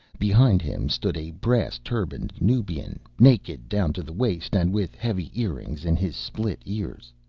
behind him stood a brass turbaned nubian, naked down to the waist, and with heavy earrings in his split ears.